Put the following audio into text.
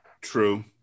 True